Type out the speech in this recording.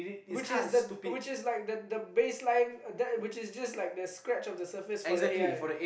which is the which is like the the base line which is just the scratch of the surface for the A_I